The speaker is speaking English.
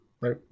right